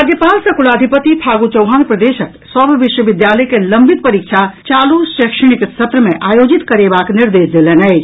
राज्यपाल सह कुलाधिपति फागू चौहान प्रदेशक सभ विश्वविद्यालय के लंबित परीक्षा चालू शैक्षणिक सत्र मे आयोजित करेबाक निर्देश देलनि अछि